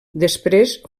després